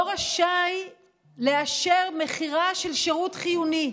לא רשאי לאשר מכירה של שירות חיוני.